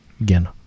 again